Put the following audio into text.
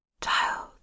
Child